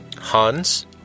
Hans